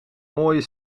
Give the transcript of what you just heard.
mooie